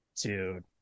Dude